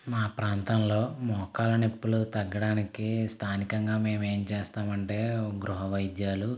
మా ప్రాంతంలో మోకాళ్ల నొప్పులు తగ్గడానికి స్థానికంగా మేము ఏం చేస్తామంటే గృహ వైద్యాలు